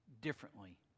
differently